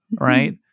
Right